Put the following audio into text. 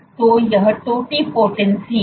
तो यह टोटपोटेंसी है